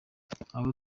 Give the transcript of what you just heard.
aho